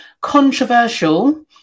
controversial